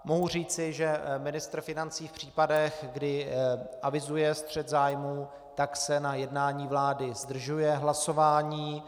Mohu říci, že ministr financí v případech, kdy avizuje střet zájmů, se na jednání vlády zdržuje hlasování.